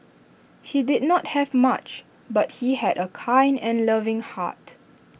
he did not have much but he had A kind and loving heart